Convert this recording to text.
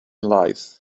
life